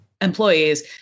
employees